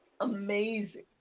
Amazing